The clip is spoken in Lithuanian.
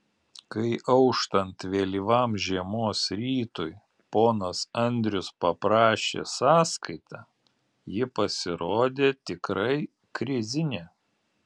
kai auštant vėlyvam žiemos rytui ponas andrius paprašė sąskaitą ji pasirodė tikrai krizinė